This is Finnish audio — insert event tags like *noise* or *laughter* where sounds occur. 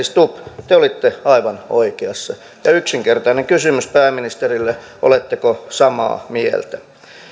*unintelligible* stubb te te olitte aivan oikeassa ja yksinkertainen kysymys pääministerille oletteko samaa mieltä